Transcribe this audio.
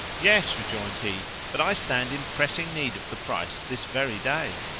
yes, rejoined he but i stand in pressing need of the price this very day.